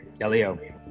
Elio